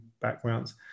backgrounds